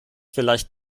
vielleicht